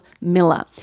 Miller